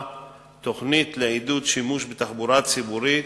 תוכנית לעידוד שימוש בתחבורה ציבורית,